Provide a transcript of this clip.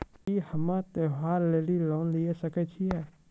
की हम्मय त्योहार लेली लोन लिये सकय छियै?